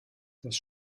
das